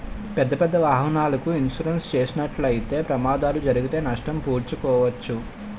పెద్దపెద్ద వాహనాలకు ఇన్సూరెన్స్ చేసినట్లయితే ప్రమాదాలు జరిగితే నష్టం పూడ్చుకోవచ్చు